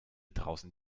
draußen